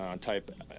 type